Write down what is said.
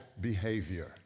behavior